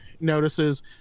notices